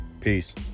Peace